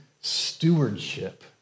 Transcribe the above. stewardship